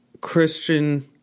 Christian